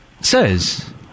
says